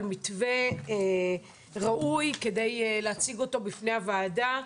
מתווה ראוי כדי להציג אותו בפני הוועדה,